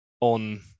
on